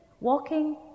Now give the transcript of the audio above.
walking